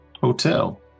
hotel